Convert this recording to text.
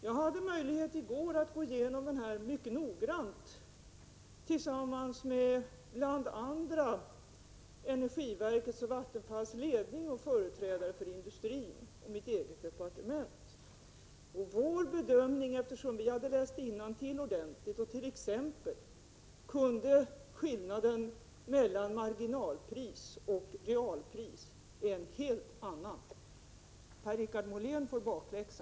Jag hade i går möjlighet att gå igenom rapporten mycket noggrant tillsammans med bl.a. energiverkets och Vattenfalls ledning och företrädare för industrin och mitt eget departement. Vår bedömning, eftersom vi hade läst innantill ordentligt och kunde skillnaden mellan marginalpris och realpris, är en helt annan på denna punkt. Per-Richard Molén får bakläxa.